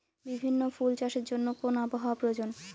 বিভিন্ন ফুল চাষের জন্য কোন আবহাওয়ার প্রয়োজন?